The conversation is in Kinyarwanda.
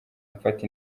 mfata